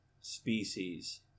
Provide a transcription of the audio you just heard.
species